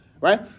right